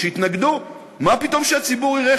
שהתנגדו: מה פתאום שהציבור יראה,